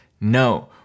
No